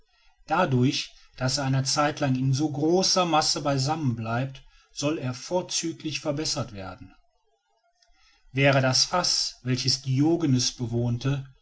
dadurch daß er eine zeitlang in so großer masse beisammenbleibt soll er vorzüglich verbessert werden wäre das faß welches diogenes bewohnte